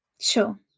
Sure